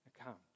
account